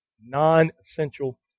non-essential